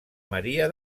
maria